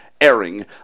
airing